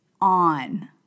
on